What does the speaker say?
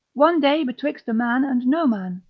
one day betwixt a man and no man.